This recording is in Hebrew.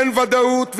אין ודאות ויציבות,